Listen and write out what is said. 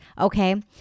okay